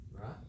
Right